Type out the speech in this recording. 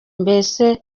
mbese